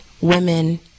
women